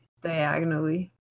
diagonally